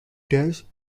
tears